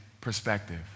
perspective